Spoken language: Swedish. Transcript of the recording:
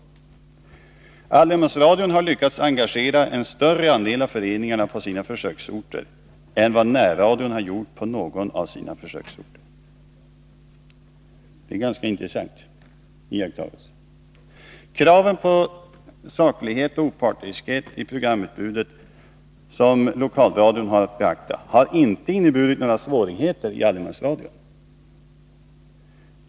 Allemansradion har lyckats engagera en större andel av föreningarna på sina försöksorter än vad närradion har gjort på någon av sina försöksorter. — Det är en ganska intressant iakttagelse. Kraven på saklighet och opartiskhet i programutbudet som Lokalradion har att beakta har inte inneburit några svårigheter i allemansradion.